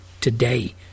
today